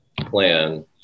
plan